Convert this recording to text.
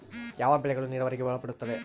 ಯಾವ ಬೆಳೆಗಳು ನೇರಾವರಿಗೆ ಒಳಪಡುತ್ತವೆ?